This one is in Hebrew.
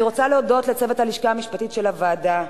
אני רוצה להודות לצוות הלשכה המשפטית של הוועדה,